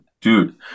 dude